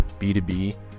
B2B